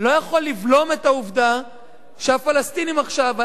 לא יכול לבלום את העובדה שהפלסטינים עכשיו,